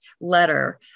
letter